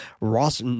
Ross